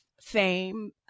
fame